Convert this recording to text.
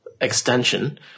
extension